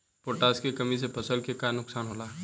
Potash के कमी से फसल के का नुकसान होला?